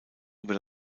über